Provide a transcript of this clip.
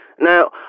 Now